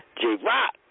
J-Rock